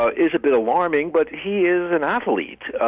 ah is a bit alarming but he is an awfully ah.